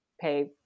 pay